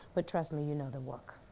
but trust me, you know the work.